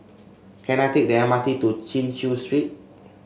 can I take the M R T to Chin Chew Street